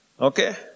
Okay